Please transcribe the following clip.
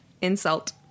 Insult